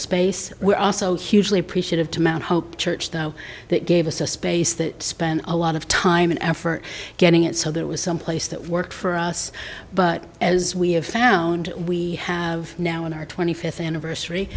space we're also hugely appreciative to mount hope church though that gave us a space that spent a lot of time and effort getting it so that was someplace that worked for us but as we have found we have now in our twenty fifth anniversary